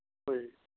ꯍꯣꯏ